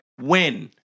win